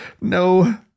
No